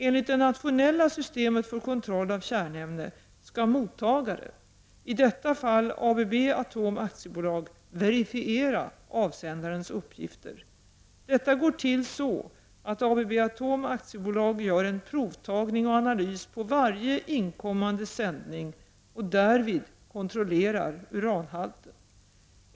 Enligt det nationella systemet för kontroll av kärnämne skall mottagaren, i detta fall ABB Atom AB, verifiera avsändarens uppgifter. Detta går till så att ABB Atom AB gör en provtagning och analys på varje inkommande sändning och därvid kontrollerar uranhalten.